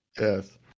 yes